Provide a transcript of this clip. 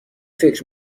فکر